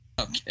Okay